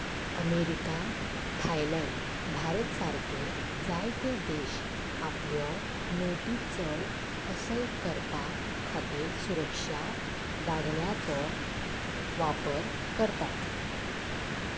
America Thailand Bharat सारके जायते देश आपल्यो नोटी चड असल करपा खातीर सुरक्षा दागण्याचो वापर करतात